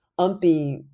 umpy